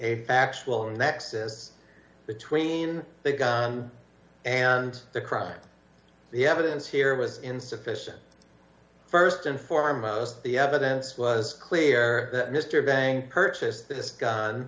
a factual nexus between the gun and the crime the evidence here was insufficient st and foremost the evidence was clear that mr bank purchased this gun